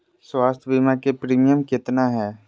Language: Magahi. स्वास्थ बीमा के प्रिमियम कितना है?